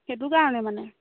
সেইটো কাৰণে মানে